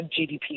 GDP